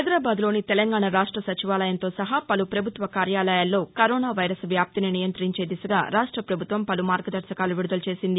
హైదరాబాదులోని తెలంగాణా రాష్ట సచివాలయంతో సహా పలు పభుత్వ కార్యాలయాల్లో కరోనా వైరస్ వ్యాప్తిని నియంతించే దిశగా రాష్ట్ర పభుత్వం పలు మార్గదర్శకాలు విడుదల చేసింది